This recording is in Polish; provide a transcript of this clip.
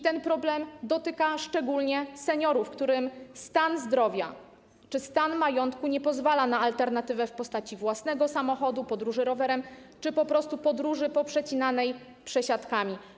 Ten problem dotyka szczególnie seniorów, którym stan zdrowia czy majątku nie pozwala na alternatywę w postaci własnego samochodu, podróży rowerem czy po prostu podróży poprzecinanej przesiadkami.